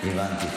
הבנתי.